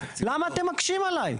למה אתם מקשים עליי?